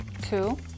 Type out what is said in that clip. two